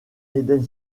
eden